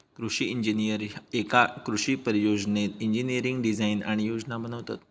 कृषि इंजिनीयर एका कृषि परियोजनेत इंजिनियरिंग डिझाईन आणि योजना बनवतत